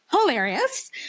hilarious